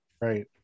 Right